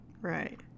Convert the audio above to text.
Right